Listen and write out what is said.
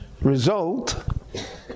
result